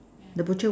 the butcher